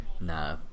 Nah